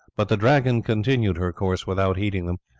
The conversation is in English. but the dragon continued her course without heeding them,